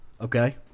okay